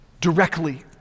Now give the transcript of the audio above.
directly